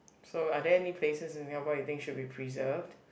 so are there any places in Singapore you think should be preserved